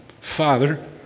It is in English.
father